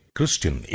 Christian